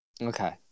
Okay